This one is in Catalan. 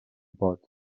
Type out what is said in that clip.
pot